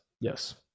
Yes